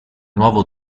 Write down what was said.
nuovo